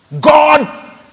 God